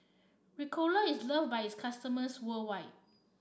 Ricola is loved by its customers worldwide